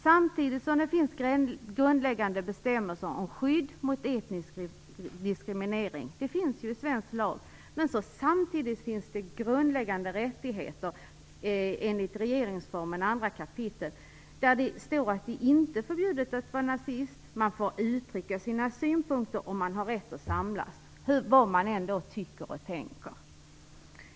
Samtidigt som det i svensk lag finns en bestämmelse om grundläggande skydd mot etnisk diskriminering finns det grundläggande rättigheter enligt regeringsformen 2 kap. Där står det att det inte är förbjudet att vara nazist, att man får uttrycka sina synpunkter och har rätt att samlas oavsett vad man tycker och tänker.